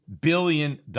billion